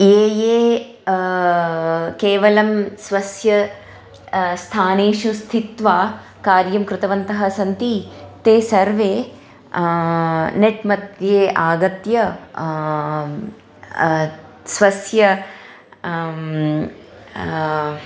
ये ये केवलं स्वस्य स्थानेषु स्थित्वा कार्यं कृतवन्तः सन्ति ते सर्वे नेट् मध्ये आगत्य स्वस्य